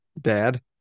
dad